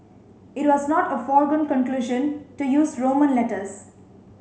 it was not a foregone conclusion to use Roman letters